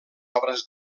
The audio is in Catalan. obres